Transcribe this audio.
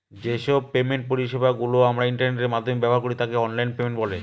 যে সব পেমেন্ট পরিষেবা গুলো আমরা ইন্টারনেটের মাধ্যমে ব্যবহার করি তাকে অনলাইন পেমেন্ট বলে